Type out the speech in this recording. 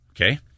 Okay